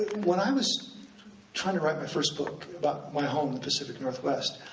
when i was trying to write my first book about my home, the pacific northwest,